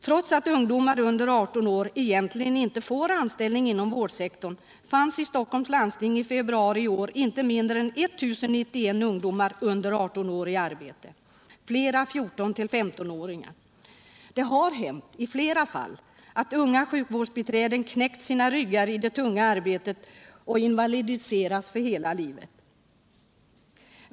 Trots att ungdomar under 18 år egentligen inte får anställning inom vårdsektorn fanns det inom Stockholms landsting i februari i år inte mindre än 1091 ungdomar under 18 år i arbete, flera 14 och 15 åringar. Det har hänt i flera fall att unga sjukvårdsbiträden knäckt sina ryggar i det tunga arbetet och invalidiserats för hela livet.